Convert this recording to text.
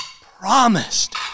promised